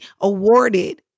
awarded